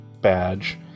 badge